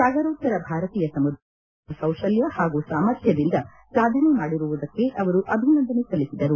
ಸಾಗರೋತ್ತರ ಭಾರತೀಯ ಸಮುದಾಯ ತನ್ನ ವೃತ್ತಿಪರ ಕೌಶಲ್ಕ ಪಾಗೂ ಸಾಮರ್ಥ್ಯದಿಂದ ಸಾಧನೆ ಮಾಡಿರುವುದಕ್ಕೆ ಅವರು ಅಭಿನಂದನೆ ಸಲ್ಲಿಸಿದರು